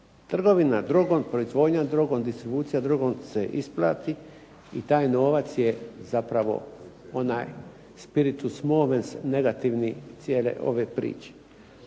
Trgovina s drogom, proizvodnja s drogom, distribucija drogom se isplati i taj novac je onaj spiritus movens negativne cijele ove priče.